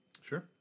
Sure